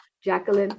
Jacqueline